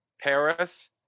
Paris